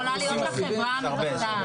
יכולה להיות לך החברה המבצעת.